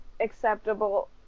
acceptable